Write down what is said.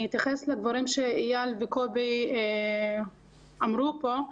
אני אתייחס לדברים שאיל וקובי אמרו פה,